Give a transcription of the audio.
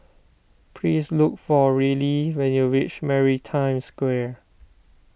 please look for Rillie when you reach Maritime Square